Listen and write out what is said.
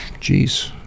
Jeez